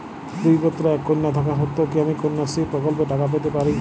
দুই পুত্র এক কন্যা থাকা সত্ত্বেও কি আমি কন্যাশ্রী প্রকল্পে টাকা পেতে পারি?